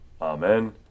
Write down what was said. Amen